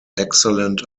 excellent